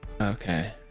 Okay